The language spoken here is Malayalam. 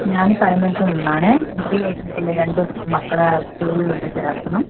ഞാൻ പരമൽക്ക് നിന്നാണ് എനിക്ക് എൻ്റെ രണ്ട് മക്കളുടെ സ്കൂളിലൊന്ന് ചേർക്കണം